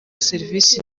serivisi